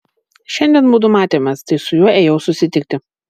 šiandien mudu matėmės tai su juo ėjau susitikti